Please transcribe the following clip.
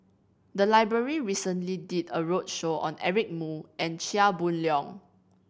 the library recently did a roadshow on Eric Moo and Chia Boon Leong